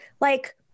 Like-